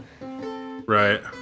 Right